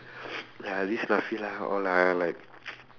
ya this all ah like